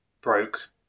broke